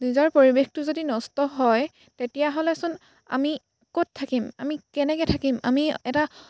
নিজৰ পৰিৱেশটো যদি নষ্ট হয় তেতিয়াহ'লেচোন আমি ক'ত থাকিম আমি কেনেকে থাকিম আমি এটা